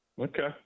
Okay